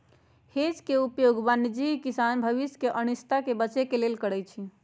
hedge के उपयोग वाणिज्यिक किसान भविष्य के अनिश्चितता से बचे के लेल करइ छै